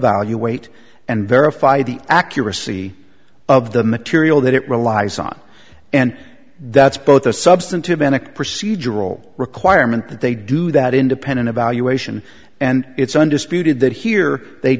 evaluate and verify the accuracy of the material that it relies on and that's both a substantive anak procedural requirement that they do that independent evaluation and it's undisputed that here they